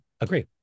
agree